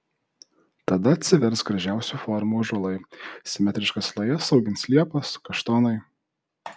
tada atsivers gražiausių formų ąžuolai simetriškas lajas augins liepos kaštonai